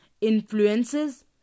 influences